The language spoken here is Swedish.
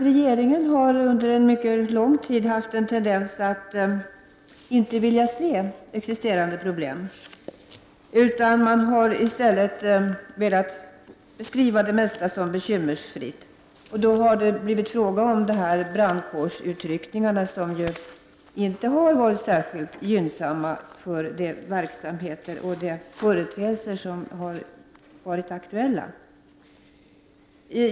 Regeringen har under mycket lång tid haft en tendens att inte vilja se existerande problem. Man har i stället beskrivit det mesta som bekymmersfritt. Det har då blivit fråga om brandkårsutryckningar, som inte varit särskilt gynnsamma för de verksamheter och företeelser som varit aktuella.